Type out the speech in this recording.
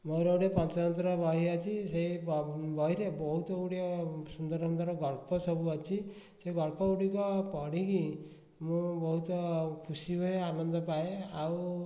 ମୋର ଗୋଟିଏ ପଞ୍ଚତନ୍ତ୍ର ବହି ଅଛି ସେ ବହିରେ ବହୁତ ଗୁଡ଼ିଏ ସୁନ୍ଦର ସୁନ୍ଦର ଗଳ୍ପ ସବୁ ଅଛି ସେ ଗଳ୍ପ ଗୁଡ଼ିକ ପଢ଼ିକି ମୁଁ ବହୁତ ଖୁସି ହୁଏ ଆନନ୍ଦ ପାଏ ଆଉ